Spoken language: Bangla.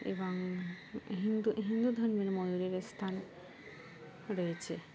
এবং হিন্দু হিন্দু ধর্মের ময়ূরের স্থান রয়েছে